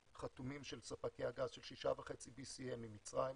חתומים של ספקי הגז של 6.5 BCM עם מצרים,